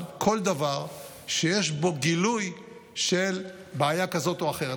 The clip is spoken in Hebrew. כל דבר שיש בו גילוי של בעיה כזאת או אחרת.